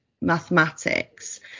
mathematics